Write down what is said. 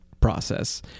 process